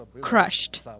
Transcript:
crushed